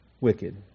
wicked